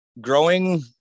growing